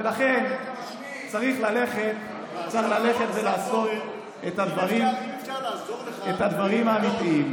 ולכן, צריך ללכת ולעשות את הדברים האמיתיים.